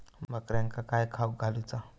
बकऱ्यांका काय खावक घालूचा?